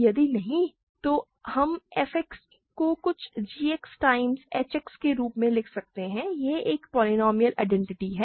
यदि नहीं तो हम f X को कुछ g X times h X के रूप में लिख सकते हैं यह एक पोलीनोमिअल आइडेंटिटी है